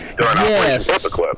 Yes